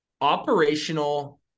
operational